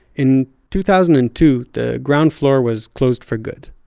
in two thousand and two the ground floor was closed for good.